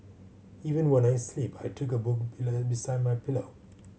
even when I sleep I took a book beside my pillow